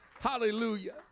Hallelujah